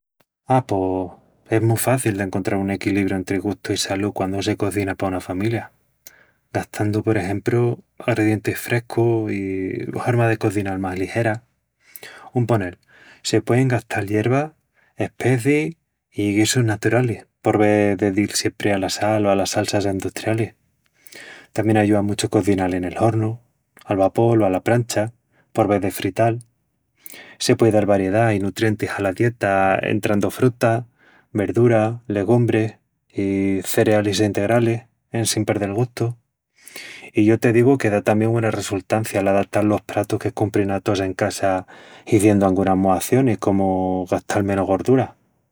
A, pos... es mu faci d'encontral un equilibru entri gustu i salú quandu se cozina pa una familia. Gastandu, por exempru, agredientis frescus i hormas de cozinal más ligeras. Un ponel, se puein gastal yervas, especiis i guisus naturalis por ves de dil siempri ala sal o alas salsas endustrialis. Tamién ayúa muchu cozinal en el hornu, al vapol o ala prancha por ves de frital. Se puei dal variedá i nutrientis ala dieta entrandu fruta, verdura, legumbri i cerealis integralis en sin perdel gustu. I yo te digu que da tamién güena resultancia l'adatal los pratus que cumprin a tós en casa hiziendu angunas muacionis, comu gastal menos gordura..